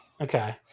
Okay